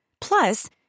Plus